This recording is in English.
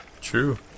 True